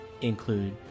include